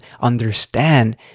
understand